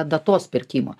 datos pirkimo